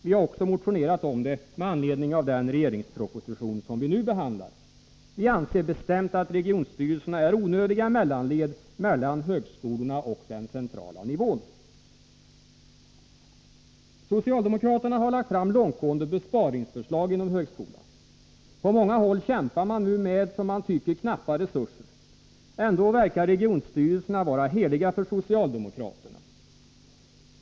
Vi har också motionerat om det med anledning av den regeringsproposition vi nu behandlar. Vi anser bestämt att regionstyrelserna är onödiga mellanled mellan högskolorna och den centrala nivån. Socialdemokraterna har lagt fram långtgående besparingsförslag inom högskolan. På många håll kämpar man nu med, som man tycker, knappa resurser. Ändå verkar regionstyrelserna vara heliga för socialdemokraterna.